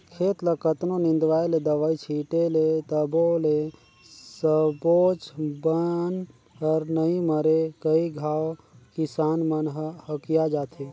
खेत ल कतनों निंदवाय ले, दवई छिटे ले तभो ले सबोच बन हर नइ मरे कई घांव किसान मन ह हकिया जाथे